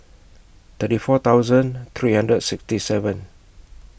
thirty four thousand three hundred and sixty seven